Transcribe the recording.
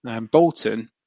Bolton